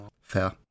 Fair